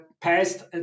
past